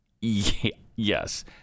Yes